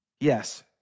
Yes